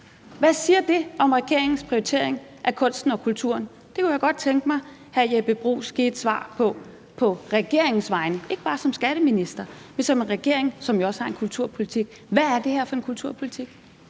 Hvad siger det om regeringens prioritering af kunsten og kulturen? Det kunne jeg godt tænke mig at hr. Jeppe Bruus giver et svar på på regeringens vegne, ikke bare som skatteminister, men på vegne af regeringen, som jo også har en kulturpolitik. Hvad er det her for en kulturpolitik?